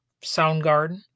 Soundgarden